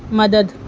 مدد